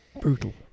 Brutal